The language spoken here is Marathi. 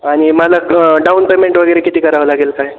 आणि मला ग डाऊन पेमेंट वगैरे किती करावं लागेल काय